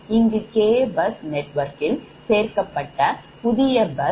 இங்கு K bus நெட்வொர்க்கில் சேர்க்கப்பட்ட புதிய bus